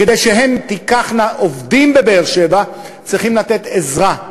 כדי שהן תיקחנה עובדים בבאר-שבע, צריכים לתת עזרה.